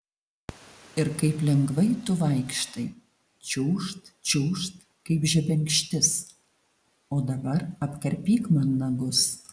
ir kaip lengvai tu vaikštai čiūžt čiūžt kaip žebenkštis o dabar apkarpyk man nagus